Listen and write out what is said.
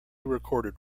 recorded